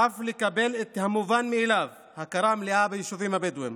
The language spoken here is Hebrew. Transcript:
ואף לקבל את המובן מאליו: הכרה מלאה ביישובים הבדואיים.